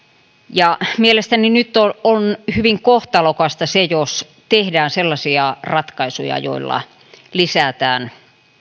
ja mielestäni nyt on hyvin kohtalokasta se jos tehdään sellaisia ratkaisuja joilla lisätään